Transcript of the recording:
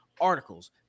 articles